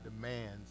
demands